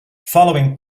following